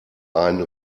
ein